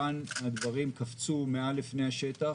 כאן הדברים קפצו מעל לפני השטח